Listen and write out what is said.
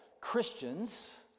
Christians